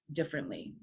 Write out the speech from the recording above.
differently